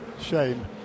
shame